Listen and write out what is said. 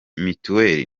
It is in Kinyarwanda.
mituweli